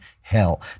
hell